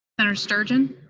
senator sturgeon?